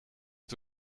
het